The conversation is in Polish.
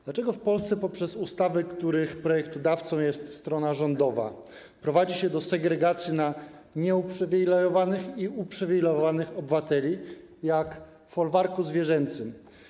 Dlaczego w Polsce poprzez ustawy, których projektodawcą jest strona rządowa, prowadzi się do segregacji na nieuprzywilejowanych i uprzywilejowanych obywateli, jak w ˝Folwarku zwierzęcym˝